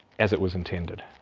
as it was intended.